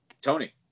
Tony